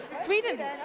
Sweden